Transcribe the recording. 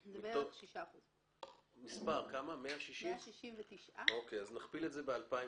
שזה בערך 6%. אז נכפיל את זה ב-2,000,